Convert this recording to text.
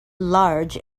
large